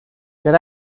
get